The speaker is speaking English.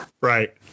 Right